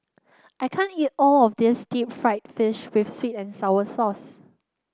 I can't eat all of this Deep Fried Fish with sweet and sour sauce